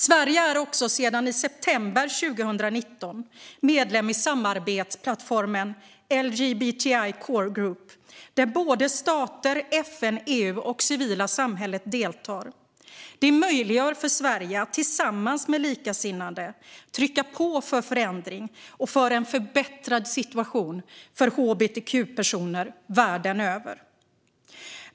Sverige är också sedan i september 2019 medlem i samarbetsplattformen LGBTI Core Group, där stater, FN och EU och det civila samhället deltar. Det möjliggör för Sverige att tillsammans med likasinnade trycka på för förändring och för en förbättrad situation för hbtq-personer världen över.